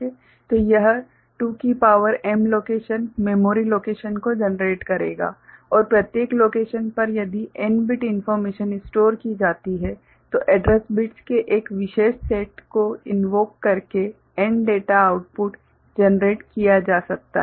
तो यह 2 की power m location memory location को जनरेट करेगा और प्रत्येक लोकेशन पर यदि n बिट इन्फोर्मेशन स्टोर की जाती है तो एड्रैस बिट्स के एक विशेष सेट को इनवोक करके n डेटा आउटपुट जनरेट किया जा सकता है